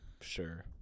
Sure